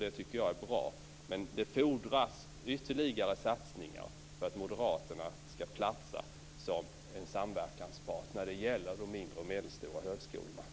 Det är bra. Men det fordras ytterligare satsningar för att Moderaterna skall platsa som en samverkanspart när det gäller de mindre och medelstora högskolorna.